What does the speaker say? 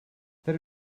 there